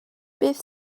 beth